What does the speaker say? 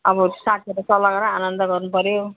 अब साथीहरूले सल्लाह गरेर आनन्द गर्नुपर्यो